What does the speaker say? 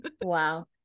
Wow